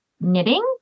knitting